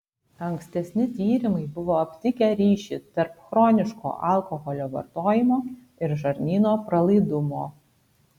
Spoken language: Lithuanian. ankstesni tyrimai buvo aptikę ryšį tarp chroniško alkoholio vartojimo ir žarnyno pralaidumo